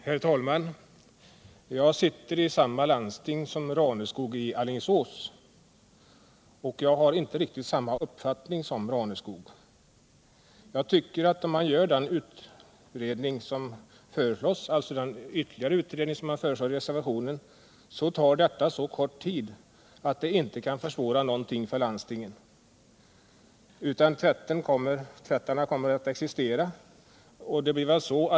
Herr talman! Jag sitter i samma landsting som Gunde Raneskog i Alingsås men har inte riktigt samma uppfattning som han. Den ytterligare utredning som föreslås i reservationen tar så kort tid att den inte kan försvåra någonting för landstingen. Tvätterierna kommer ändå att existera.